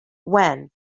when